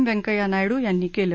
वेंकय्या नायडू यांनी केलं